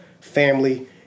family